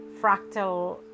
fractal